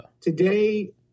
Today